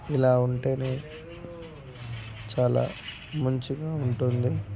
ఇలా ఉంటే చాలా మంచిగా ఉంటుంది